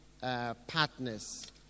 partners